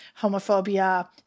homophobia